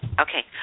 Okay